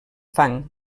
fang